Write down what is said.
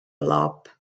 lob